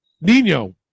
Nino